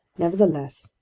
nevertheless,